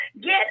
get